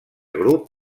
grup